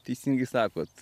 teisingai sakot